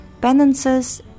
penances